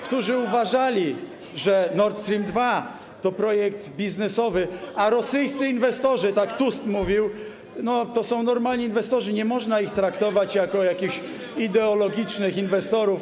Którzy uważali, że Nord Stream 2 to projekt biznesowy, a rosyjscy inwestorzy, tak Tusk mówił, to są normalni inwestorzy i nie można ich traktować jako jakichś ideologicznych inwestorów?